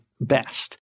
best